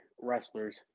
wrestlers